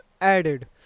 added